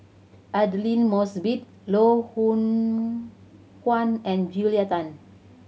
Aidli Mosbit Loh Hoong Kwan and Julia Tan